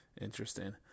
Interesting